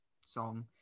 song